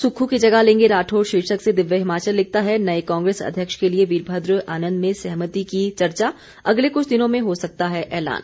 सुक्खू की जगह लेंगे राठौर शीर्षक से दिव्य हिमाचल लिखता है नए कांग्रेस अध्यक्ष के लिए वीरमद्र आनंद में सहमति की चर्चा अगले कुछ दिनों में हो सकता है एलान